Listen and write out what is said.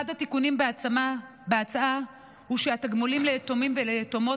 אחד התיקונים בהצעה הוא שהתגמולים ליתומים וליתומות